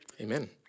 Amen